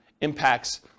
impacts